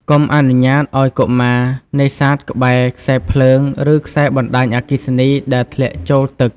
កុំអនុញ្ញាតឱ្យកុមារនេសាទក្បែរ ខ្សែភ្លើង ឬខ្សែបណ្តាញអគ្គិសនីដែលធ្លាក់ចូលទឹក។